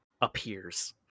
appears